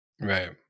Right